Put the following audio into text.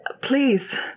Please